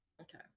Okay